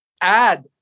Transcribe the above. add